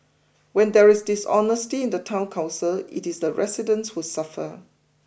when there is dishonesty in the town council it is the residents who suffer